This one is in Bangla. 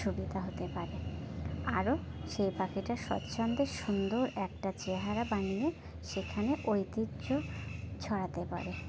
সুবিধা হতে পারে আরও সেই পাখিটা স্বচ্ছন্দে সুন্দর একটা চেহারা বানিয়ে সেখানে ঐতিহ্য ছড়াতে পারে